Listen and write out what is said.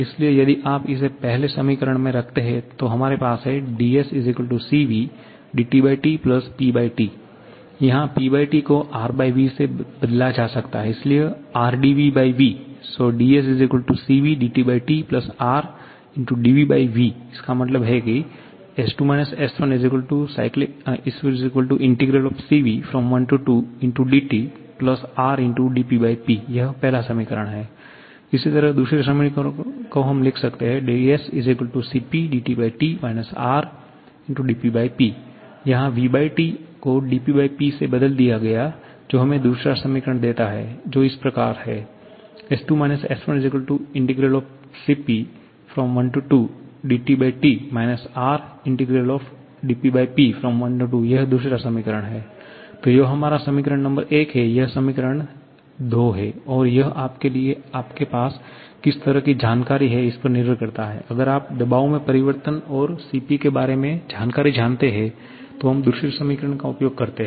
इसलिए यदि आप इसे पहले समीकरण में रखते हैं तो हमारे पास है 𝑑𝑠 𝐶𝑣 𝑑𝑇T 𝑃T यहाँ 'PT' को 'Rv' से बदला जा सकता है इसलिए 'Rdvv' 𝑑𝑠 𝐶𝑣 𝑑𝑇T Rdvv इसका मतलब है की S2 S1 12 Cv𝑑𝑇T R 𝑑PP इसी तरह दूसरे समीकरण से हम लिख सकते हैं dSCp𝑑𝑇T R 𝑑PP यहाँ 'vT को 'dpP से बदल दिया गया जो हमें दूसरा समीकरण देता है जो इस प्रकार है S2 S1 12 Cp 𝑑𝑇T R 12 𝑑PP तो यह हमारा समीकरण नंबर 1 है यह समीकरण नंबर 2 है और यह आपके लिए आपके पास किस तरह की जानकारी है इसपर निर्भर करता है अगर आप दबाव में परिवर्तन और Cp के बारे में जानकारी जानते हैं तो हम दूसरे समीकरण का उपयोग करते हैं